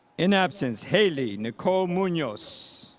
in absence, haley nicole munoz.